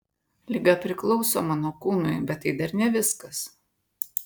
liga priklauso mano kūnui bet tai dar ne viskas